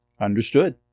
Understood